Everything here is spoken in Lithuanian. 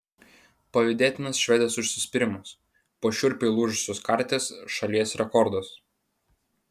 pavydėtinas švedės užsispyrimas po šiurpiai lūžusios karties šalies rekordas